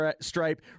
stripe